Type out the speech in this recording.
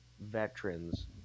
veterans